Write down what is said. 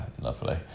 Lovely